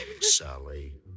Sally